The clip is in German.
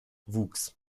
wuchs